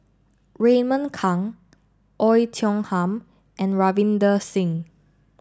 Raymond Kang Oei Tiong Ham and Ravinder Singh